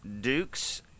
Dukes